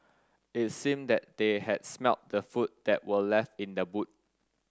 it seemed that they had smelt the food that were left in the boot